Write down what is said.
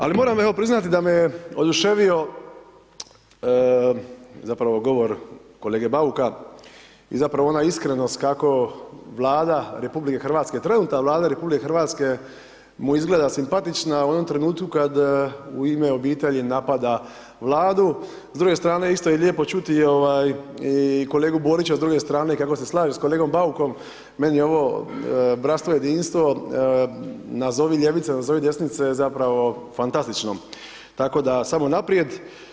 Ali, moram evo, priznati da me je oduševio, zapravo govor kolege Bauka i zapravo ona iskrenost kako Vlada RH, trenutna Vlada RH, mu izgleda simpatična u onom trenutku kad, U ime obitelji, napada Vladu, s druge strane, isto je lijepo čuti i kolegu Borića s druge strane kako se slaže s kolegom Baukom, meni je ovo bratstvo i jedinstvo, nazovi ljevice, nazovi desnice, zapravo fantastično, tako da samo naprijed.